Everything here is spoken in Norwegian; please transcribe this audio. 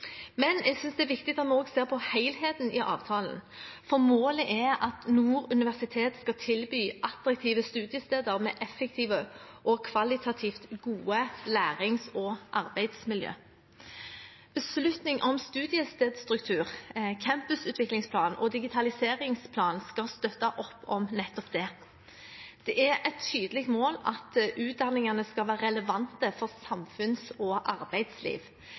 Men jeg synes det er viktig at vi også ser på helheten i avtalen. Målet er at «Nord universitet skal tilby attraktive studiesteder med effektive og kvalitativt gode lærings- og arbeidsmiljø». Beslutning om studiestedstruktur, campusutviklingsplan og digitaliseringsplan skal støtte opp om nettopp dette. Det er et tydelig mål at utdanningene «skal være relevante for samfunns- og arbeidsliv».